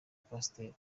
pasiteri